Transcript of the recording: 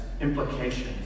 implications